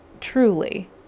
truly